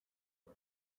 god